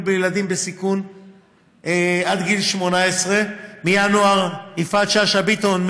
בילדים בסיכון עד גיל 18. יפעת שאשא ביטון,